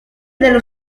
dello